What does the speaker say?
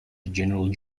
gen